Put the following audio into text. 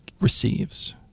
receives